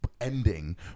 ending